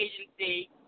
agency